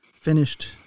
finished